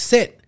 Set